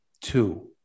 two